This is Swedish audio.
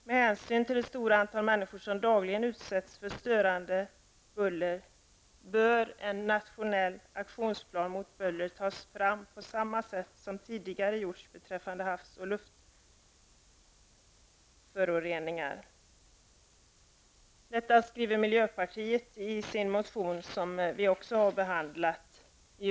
Med hänsyn till det stora antal människor som dagligen utsätts för störande buller bör en nationell aktionsplan mot buller tas fram på samma sätt som tidigare gjorts beträffande havs och luftföroreningar. Detta krav ställer miljöpartiet i sin motion, som utskottet har behandlat.